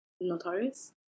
Notorious